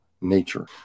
nature